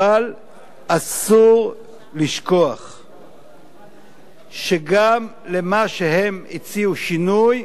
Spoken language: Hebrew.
אבל אסור לשכוח שגם למה שהם הציעו שינוי,